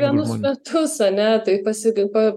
vienus metus ane tai pasi g p